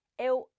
Eu